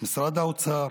משרד האוצר,